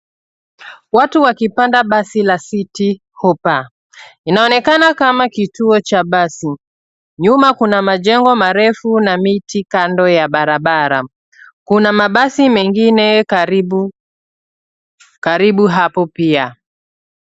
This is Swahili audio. Watu wakipanda basi la Citi hoppa. Inaonekana kama kituo cha basi. Nyuma kuna majengo marefu na miti kando ya barabara. Kuna mabasi mengine karibu hapo pia.